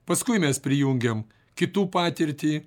paskui mes prijungiam kitų patirtį